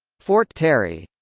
fort terry